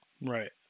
Right